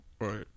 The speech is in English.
Right